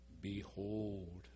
behold